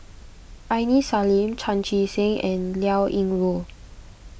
Aini Salim Chan Chee Seng and Liao Yingru